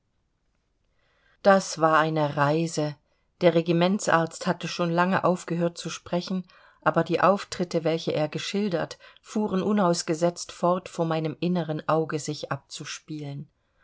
das war eine reise der regimentsarzt hatte schon lange aufgehört zu sprechen aber die auftritte welche er geschildert fuhren unausgesetzt fort vor meinem inneren auge sich abzuspielen